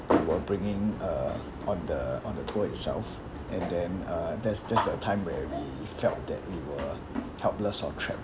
we were bringing uh on the on the tour itself and then uh that's that's the time where we felt that we were helpless or trapped